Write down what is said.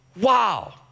wow